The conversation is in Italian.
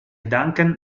duncan